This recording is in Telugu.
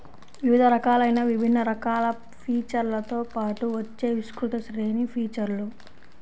వివిధ రకాలైన విభిన్న రకాల ఫీచర్లతో పాటు వచ్చే విస్తృత శ్రేణి ఫీచర్లు